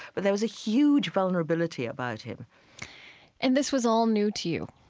but there was a huge vulnerability about him and this was all new to you.